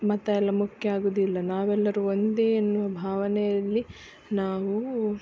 ಮತ ಎಲ್ಲ ಮುಖ್ಯ ಆಗೋದಿಲ್ಲ ನಾವೆಲ್ಲರು ಒಂದೇ ಎನ್ನುವ ಭಾವನೆಯಲ್ಲಿ ನಾವು